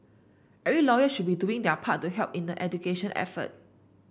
every lawyer should be doing their part to help in the education effort